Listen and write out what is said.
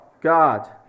God